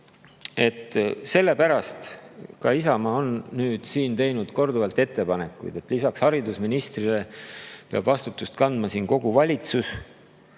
Sellepärast on Isamaa teinud korduvalt ettepanekuid, et lisaks haridusministrile peab vastutust kandma kogu valitsus,